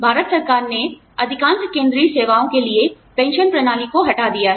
भारत सरकार ने अधिकांश केंद्रीय सेवाओं के लिए पेंशन प्रणाली को हटा दिया है